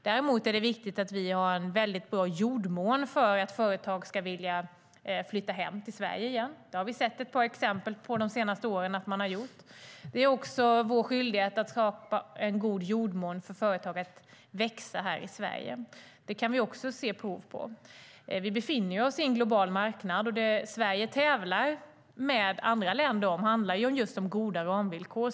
Däremot är det viktigt att vi har en bra jordmån för att företag ska vilja flytta hem till Sverige igen. Vi har sett ett par exempel på att man har gjort det de senaste åren. Det är också vår skyldighet att skapa en god jordmån för företag att växa här i Sverige. Det kan vi också se prov på. Vi befinner oss på en global marknad, och det Sverige tävlar med andra länder om handlar just om goda ramvillkor.